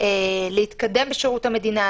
להתקדם בשירות המדינה,